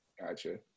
Gotcha